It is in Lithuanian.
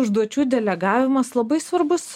užduočių delegavimas labai svarbus